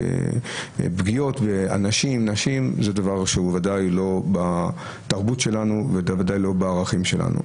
פגיעה באנשים ובנשים הוא בוודאי לא חלק מהתרבות שלנו ולא בערכים שלנו.